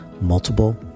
multiple